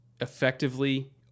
effectively